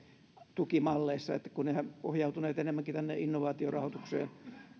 tukimalleissa kun nehän ovat pohjautuneet enemmänkin innovaatiorahoitukseen